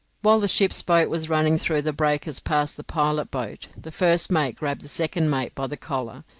while the ship's boat was running through the breakers past the pilot boat, the first mate grabbed the second mate by the collar,